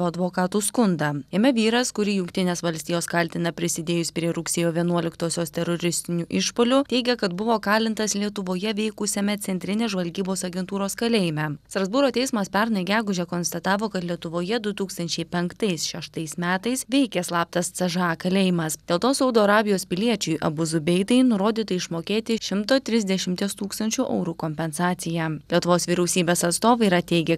advokatų skundą jame vyras kurį jungtinės valstijos kaltina prisidėjus prie rugsėjo vienuoliktosios teroristinių išpuolių teigia kad buvo kalintas lietuvoje veikusiame centrinės žvalgybos agentūros kalėjime strasbūro teismas pernai gegužę konstatavo kad lietuvoje du tūkstančiai penktais šeštais metais veikė slaptas c ž a kalėjimas dėl to saudo arabijos piliečiui abuzui beitai nurodyta išmokėti šimtą trisdešimties tūkstančių eurų kompensaciją lietuvos vyriausybės atstovai yra teigę